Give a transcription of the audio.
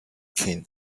king